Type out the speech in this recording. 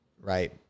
right